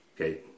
Okay